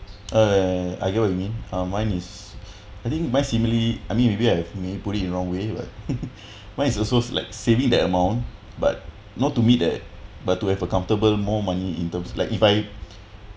uh I get what you mean um mine is I think my similarly I mean maybe I've may put it in wrong way right mine is also like saving that amount but not to meet that but to have a comfortable more money in terms like if I